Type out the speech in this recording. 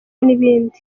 n’ibindi